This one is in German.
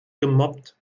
gemobbt